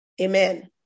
amen